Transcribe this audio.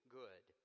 good